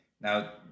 Now